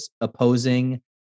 opposing